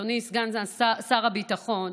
אדוני סגן שר הביטחון,